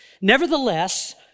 Nevertheless